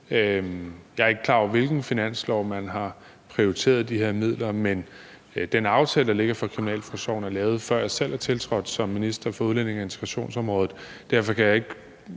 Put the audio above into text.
Jeg er ikke klar over, på hvilken finanslov man har prioriteret de her midler, men den aftale, der ligger for kriminalforsorgen, er lavet, før jeg selv er tiltrådt som minister for udlændinge- og integrationsområdet. Derfor kan jeg i